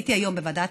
הייתי היום בוועדה